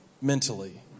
mentally